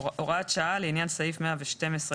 הוראת שעה לעניין סעיף 12א(ב)